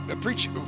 preach